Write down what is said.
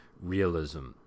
realism